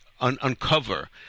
uncover